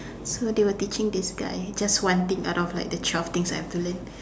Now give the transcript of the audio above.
so they were teaching this guy just one thing out of the twelve things I have to learn